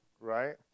Right